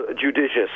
judicious